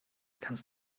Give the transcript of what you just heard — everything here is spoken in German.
kannst